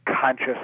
conscious